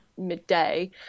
midday